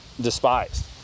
despised